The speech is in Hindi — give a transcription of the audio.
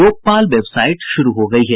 लोकपाल वेबसाइट शुरू हो गई है